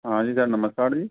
हाँ जी सर नमस्कार जी